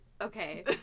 Okay